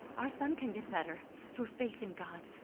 our son can get better through faith in god.